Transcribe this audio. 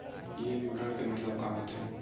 ये विवरण के मतलब का होथे?